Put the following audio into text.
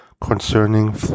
concerning